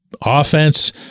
offense